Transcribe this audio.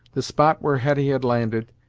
the spot where hetty had landed,